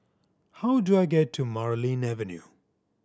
how do I get to Marlene Avenue